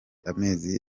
amezi